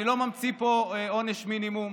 אני לא ממציא פה עונש מינימום,